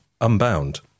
Unbound